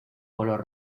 color